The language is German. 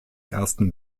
ersten